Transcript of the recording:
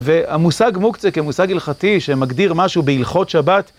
והמושג מוקצה כמושג הלכתי שמגדיר משהו בהלכות שבת.